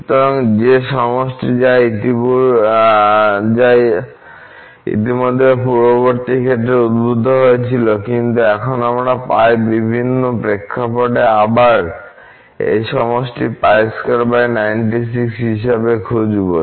সুতরাং যে সমষ্টি যা ইতিমধ্যে পূর্ববর্তী ক্ষেত্রে উদ্ভূত হয়েছিল কিন্তু এখন আমরা πবিভিন্ন প্রেক্ষাপটে আবার এই সমষ্টি π296 হিসাবে খুজবো